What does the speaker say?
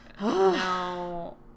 no